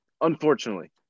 unfortunately